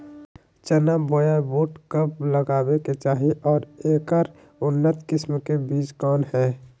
चना बोया बुट कब लगावे के चाही और ऐकर उन्नत किस्म के बिज कौन है?